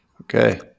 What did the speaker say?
Okay